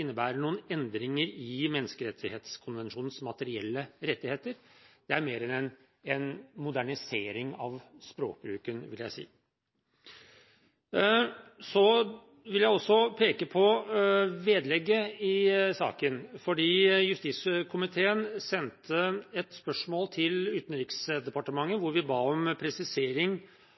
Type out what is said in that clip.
innebærer noen endringer i menneskerettighetskonvensjonens materielle rettigheter. Det er mer en modernisering av språkbruken, vil jeg si. Jeg vil også peke på vedlegget i saken. Justiskomiteen sendte et spørsmål til Utenriksdepartementet der vi bad om en presisering